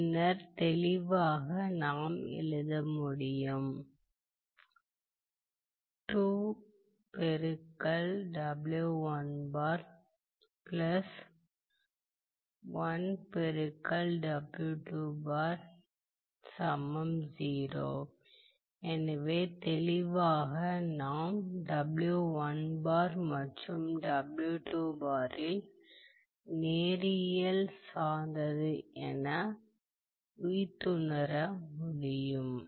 பின்னர் தெளிவாக நாம் எழுத முடியும் எனவே தெளிவாக நாம் மற்றும் நேரியல் சார்ந்து என உய்த்துணர முடியும்